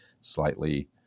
slightly